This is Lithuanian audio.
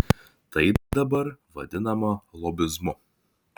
tai dabar vadinama lobizmu